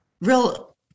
real